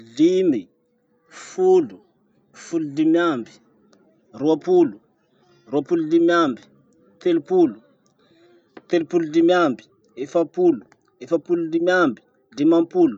limy, folo, folo limy amby, roapolo, roapolo limy amby, telopolo, telopolo limy amby, efapolo, efapolo limy amby, limampolo.